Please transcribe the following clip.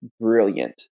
brilliant